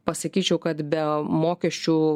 pasakyčiau kad be mokesčių